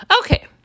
Okay